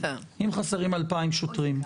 אם חסרים 2,000 שוטרים.